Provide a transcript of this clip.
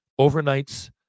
overnights